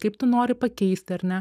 kaip tu nori pakeisti ar ne